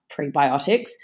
prebiotics